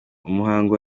umuhango